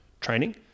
training